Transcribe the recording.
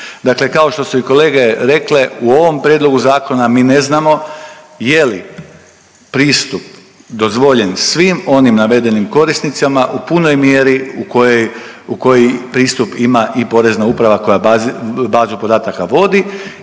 Dakle kao što su i kolege rekle, u ovom prijedlogu zakona mi ne znamo je li pristup dozvoljen svim onim navedenim korisnicama u punoj mjeri u kojoj, u kojoj pristup ima i Porezna uprava koja bazu podataka vodi